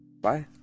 Bye